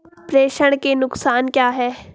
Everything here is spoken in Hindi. प्रेषण के नुकसान क्या हैं?